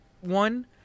one